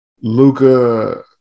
Luca